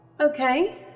Okay